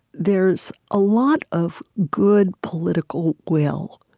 there's a lot of good political will,